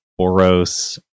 Boros